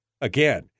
again